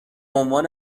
عنوان